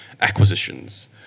acquisitions